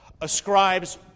...ascribes